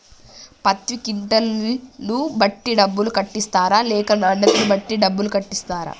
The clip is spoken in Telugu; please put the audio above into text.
పత్తి క్వింటాల్ ను బట్టి డబ్బులు కట్టిస్తరా లేక నాణ్యతను బట్టి డబ్బులు కట్టిస్తారా?